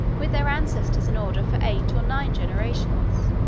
with their ancestors in order for eight or nine generations.